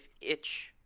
itch